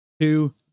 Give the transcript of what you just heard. two